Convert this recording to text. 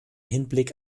hinblick